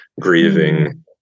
grieving